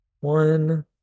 one